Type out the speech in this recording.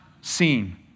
seen